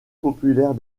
populaire